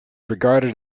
regarded